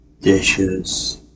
dishes